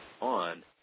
on